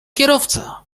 kierowca